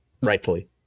rightfully